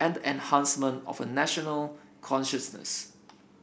and the enhancement of a national consciousness